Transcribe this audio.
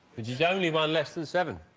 he's only one less than seven